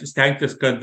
stengtis kad